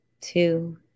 two